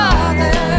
Father